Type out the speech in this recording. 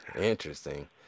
interesting